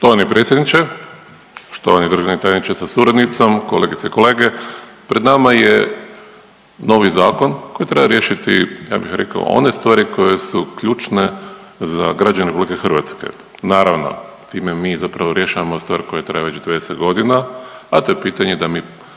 Štovani predsjedniče, štovani državni tajniče sa suradnicom, kolegice i kolege. Pred nama je novi zakon koji treba riješiti ja bih rekao one stvari koje su ključne za građane Republike Hrvatske. Naravno time mi zapravo rješavamo stvar koja traje već 90 godina, a to je pitanje da mi